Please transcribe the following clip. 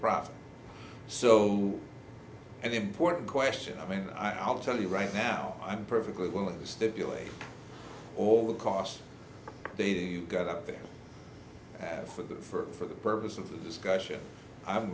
profit so an important question i mean i'll tell you right now i'm perfectly willing to stipulate all the costs they've got up there for the for the purpose of the discussion i'm